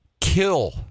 kill